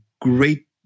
great